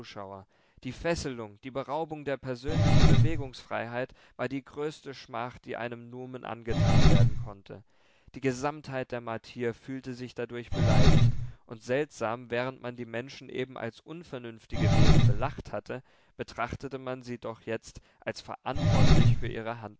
die fesselung die beraubung der persönlichen bewegungsfreiheit war die größte schmach die einem numen angetan werden konnte die gesamtheit der martier fühlte sich dadurch beleidigt und seltsam während man die menschen eben als unvernünftige wesen belacht hatte betrachtete man sie doch jetzt als verantwortlich für ihre